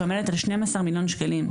שעומדת על 12 מיליון שקלים.